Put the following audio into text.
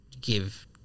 give